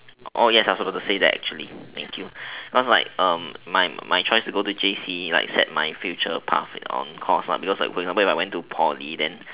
yes I was about to say that actually thank you cause like my choice to go for J_C set my future path on course lah for example if I went to poly then